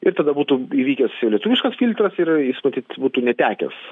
ir tada būtų įvykęs lietuviškas filtras ir jis matyt būtų netekęs